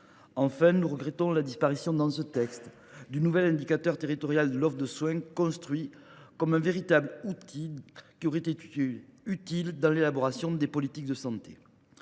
Enfin, nous regrettons la disparition, dans ce texte, du nouvel indicateur territorial de l’offre de soins, construit comme un véritable outil dans l’élaboration des politiques de santé.